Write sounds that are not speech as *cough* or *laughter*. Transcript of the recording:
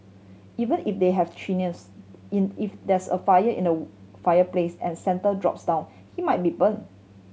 even if they have chimneys in if there's a fire in the *unintelligible* fireplace and Santa drops down he might be burnt